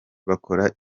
bakora